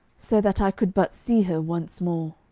so that i could but see her once more.